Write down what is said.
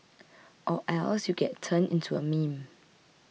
or else you get turned into a meme